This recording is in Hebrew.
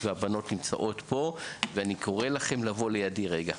הבנות נמצאות איתנו פה ואני קורא לכן לבוא לידי רגע.